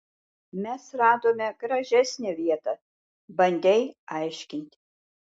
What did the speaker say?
mes radome gražesnę vietą bandei aiškinti